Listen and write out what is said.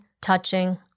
touching